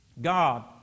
God